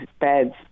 beds